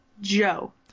Joe